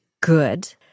good